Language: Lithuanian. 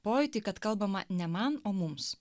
pojūtį kad kalbama ne man o mums